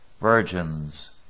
Virgins